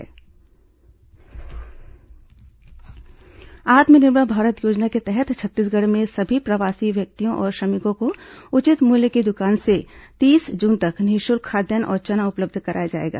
प्रवासी मजदूर राशन एपीएल आत्मनिर्भर भारत योजना के तहत छत्तीसगढ़ में सभी प्रवासी व्यक्तियों और श्रमिकों को उचित मूल्य की दुकानों से तीस जून तक निःशुल्क खाद्यान्न और चना उपलब्ध कराया जाएगा